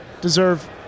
deserve